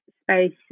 space